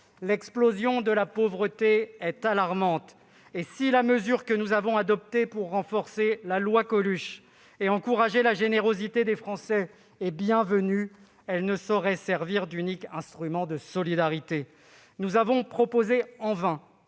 L'explosion de la pauvreté est alarmante. Si la mesure que nous avons adoptée pour renforcer le dispositif Coluche et encourager la générosité des Français est bienvenue, elle ne saurait servir d'unique instrument de solidarité. Nous avons proposé, en vain,